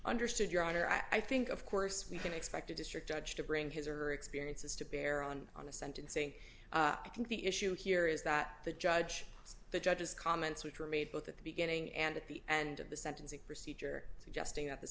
understood your honor i think of course we can expect a district judge to bring his or her experiences to bear on on a sentencing i think the issue here is that the judge the judge's comments which were made both at the beginning and at the end of the sentencing procedure suggesting that this